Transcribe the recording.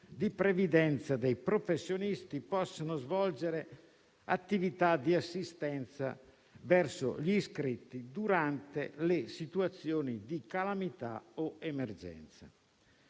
di previdenza dei professionisti svolgano attività di assistenza verso gli iscritti durante le situazioni di calamità o emergenza.